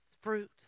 fruit